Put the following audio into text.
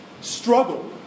struggle